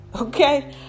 okay